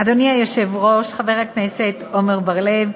אדוני היושב-ראש, חבר הכנסת עמר בר-לב,